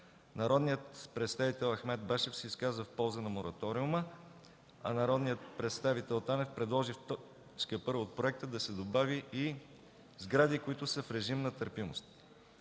Народният представител Ахмед Башев се изказа в полза на мораториума, а народният представител Танев предложи в т. 1 от проекта да се добави и „сгради, които са в режим на търпимост”.